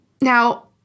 Now